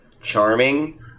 charming